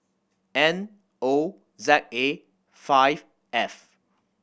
N O Z A five F